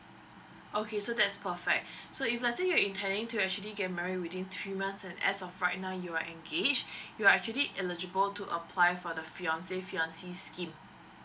okay so that's perfect so if let's say you are intending to actually get married within three months and as of right now you are engaged you are actually eligible to apply for the fiance fiancee scheme